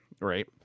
right